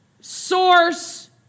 source